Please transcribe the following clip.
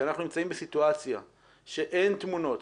כשאנחנו נמצאים בסיטואציה שאין תמונות,